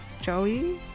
Joey